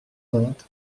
vingt